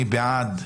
מי בעד,